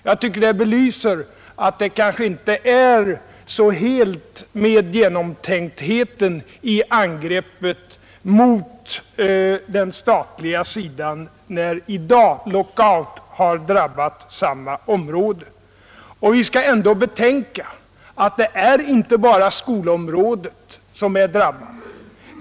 Jag tycker det belyser att det kanske inte är så helt med genomtänktheten i angreppet på den statliga sidan när i dag lockout har drabbat samma område. Vi skall ändå betänka att inte bara skolområdet är drabbat.